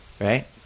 right